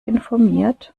informiert